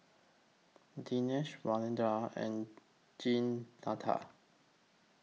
Denisha Alwilda and Jeanetta